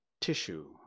tissue